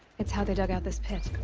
it's how they dug out this pit.